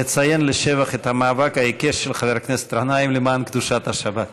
נציין לשבח את המאבק העיקש של חבר הכנסת גנאים למען קדושת השבת.